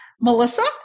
Melissa